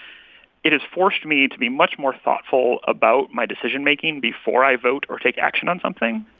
it has forced me to be much more thoughtful about my decision making before i vote or take action on something.